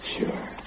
Sure